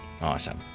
Awesome